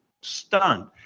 Stunned